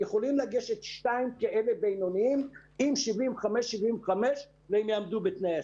יכולים לגשת שניים בינוניים עם 75 כל אחד והם יעמדו בתנאי הסף.